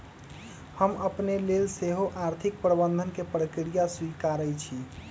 हम अपने लेल सेहो आर्थिक प्रबंधन के प्रक्रिया स्वीकारइ छी